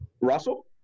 Russell